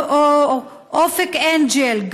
או אופק אנג'ל,